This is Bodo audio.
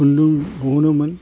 खुन्दुं दिहुनोमोन